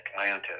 Atlantis